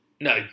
no